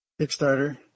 kickstarter